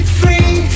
free